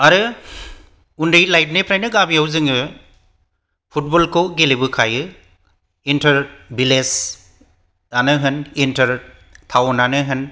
आरो उन्दै लाइफनिफ्रायनो गामियाव जोङो फुटबलखौ गेलेबोखायो इन्टार विलेजानो होन इन्टार टाउनानो होन